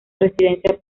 residencia